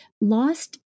lost